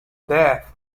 death